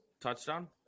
touchdown